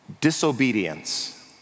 disobedience